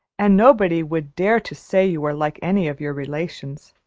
and nobody would dare to say you were like any of your relations.